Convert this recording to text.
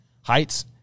Heights